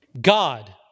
God